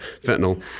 fentanyl